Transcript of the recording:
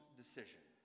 decision